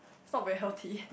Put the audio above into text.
not very healthy